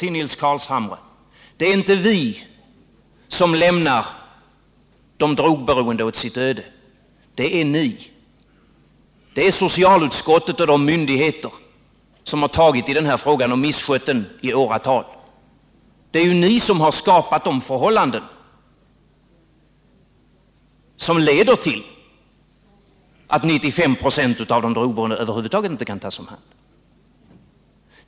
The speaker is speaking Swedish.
Till herr Carlshamre vill jag säga att det inte är vi som lämnar de drogberoende åt sitt öde. Det är ni — socialutskottet och de myndigheter som har handlagt denna fråga och misskött den i åratal. Det är ju ni som skapat de förhållanden som leder till att 95 2?» av de drogberoende över huvud taget inte kan tas om hand.